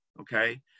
okay